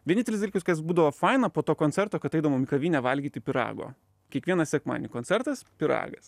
vienintelis dalykas kas būdavo faina po to koncerto kad eidavom į kavinę valgyti pyrago kiekvieną sekmadienį koncertas pyragas